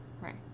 right